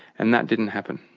and that didn't happen.